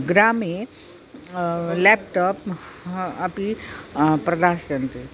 ग्रामे लेप्टाप् ह अपि प्रदास्यन्ति